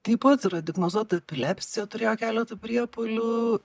taip pat yra diagnozuota epilepsija turėjo keletą priepuolių